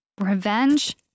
revenge